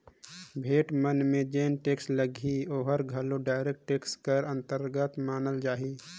भेंट मन में जेन टेक्स लगही ओहर घलो डायरेक्ट टेक्स कर अंतरगत मानल जाही